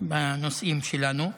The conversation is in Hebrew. בנושאים שלנו.